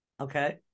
Okay